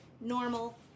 normal